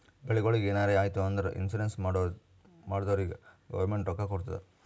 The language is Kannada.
ಬೆಳಿಗೊಳಿಗ್ ಎನಾರೇ ಆಯ್ತು ಅಂದುರ್ ಇನ್ಸೂರೆನ್ಸ್ ಮಾಡ್ದೊರಿಗ್ ಗೌರ್ಮೆಂಟ್ ರೊಕ್ಕಾ ಕೊಡ್ತುದ್